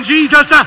Jesus